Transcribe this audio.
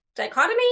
dichotomy